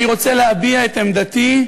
אני רוצה להביע את עמדתי,